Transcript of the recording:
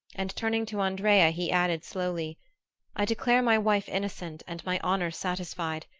and turning to andrea he added slowly i declare my wife innocent and my honor satisfied.